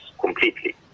completely